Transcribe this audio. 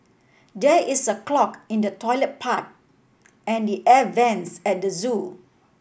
there is a clog in the toilet pipe and the air vents at the zoo